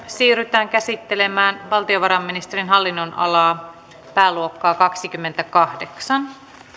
siirrytään käsittelemään valtiovarainministeriön hallinnonalaa koskevaa pääluokkaa kaksikymmentäkahdeksan